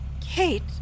Kate